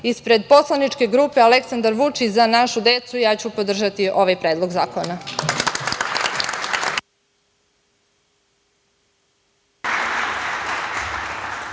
ispred poslaničke grupe Aleksandra Vučić – Za našu decu, ja ću podržati ovaj predlog zakona.